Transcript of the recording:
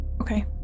okay